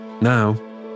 Now